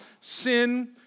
sin